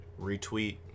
retweet